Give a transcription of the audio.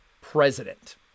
president